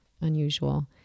unusual